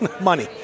money